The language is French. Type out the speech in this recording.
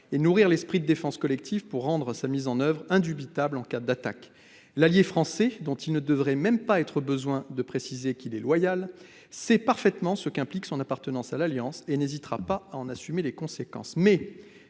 et nourrir l'esprit de défense collective pour rendre sa mise en oeuvre indubitable en cas d'attaque. L'allié français, dont il ne devrait même pas être besoin de préciser qu'il est loyal, sait parfaitement ce qu'implique son appartenance à l'Alliance et n'hésitera pas à en assumer les conséquences.